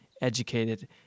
educated